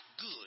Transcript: good